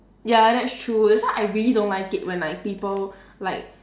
ya that's true that's why I really don't like it when like people like